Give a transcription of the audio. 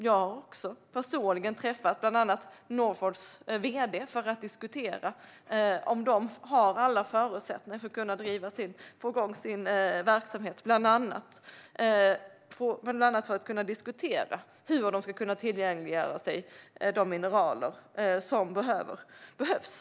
Jag har också personligen träffat bland andra Northvolts vd för att diskutera om företaget har alla förutsättningar för att få igång sin verksamhet och hur man ska kunna tillgodogöra sig de mineraler som behövs.